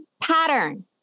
pattern